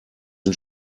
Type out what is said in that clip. den